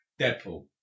Deadpool